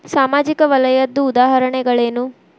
ಸಾಮಾಜಿಕ ವಲಯದ್ದು ಉದಾಹರಣೆಗಳೇನು?